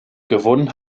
gewonnen